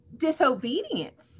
disobedience